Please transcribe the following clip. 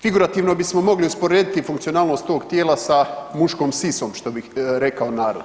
Figurativno bismo mogli usporediti funkcionalnost tog tijela sa muškom sisom što bi rekao narod.